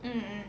mm mm